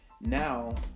Now